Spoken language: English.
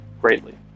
greatly